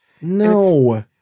No